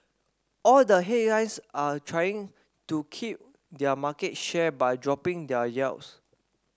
all the are trying to keep their market share by dropping their yields